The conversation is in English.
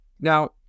Now